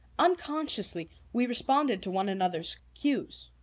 unconsciously we responded to one another's cues.